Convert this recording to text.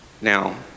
Now